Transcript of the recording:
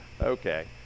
Okay